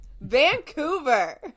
Vancouver